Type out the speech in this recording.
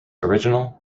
original